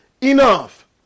enough